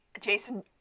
Jason